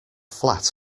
flat